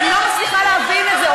אני לא מצליחה להבין את זה.